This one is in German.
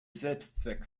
selbstzweck